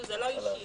זה לא אישי.